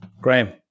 graham